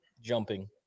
jumping